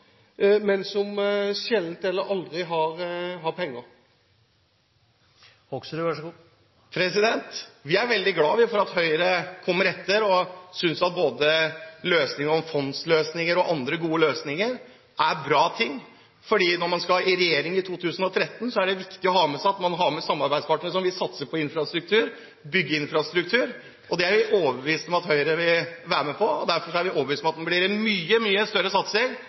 men som sjelden eller aldri har penger. Vi er veldig glad for at Høyre kommer etter og synes at løsninger som fondsløsninger og andre gode løsninger er bra. For når man skal i regjering i 2013, er det viktig å ha med seg samarbeidspartnere som vil satse på infrastruktur – bygge infrastruktur. Det er vi overbevist om at Høyre vil være med på. Derfor er vi overbevist om at det blir en mye større satsing